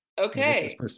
Okay